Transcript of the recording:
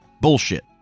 Bullshit